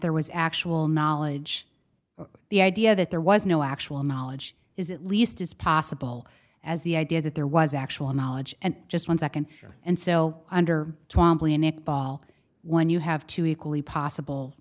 there was actual knowledge of the idea that there was no actual knowledge is at least as possible as the idea that there was actual knowledge and just one second and so under tom playing netball when you have two equally possible